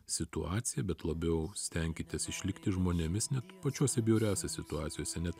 situaciją bet labiau stenkitės išlikti žmonėmis net pačiose bjauriose situacijose net